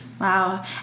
Wow